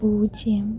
പൂജ്യം